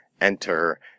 enter